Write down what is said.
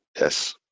Yes